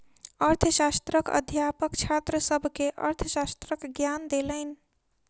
अर्थशास्त्रक अध्यापक छात्र सभ के अर्थशास्त्रक ज्ञान देलैन